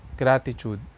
gratitude